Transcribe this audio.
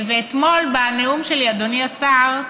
ואתמול, בנאום שלי, אדוני השר,